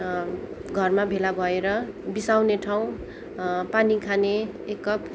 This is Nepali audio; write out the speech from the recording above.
घरमा भेला भएर बिसाउने ठाउँ पानी खाने एक कप